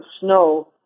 snow